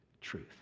truth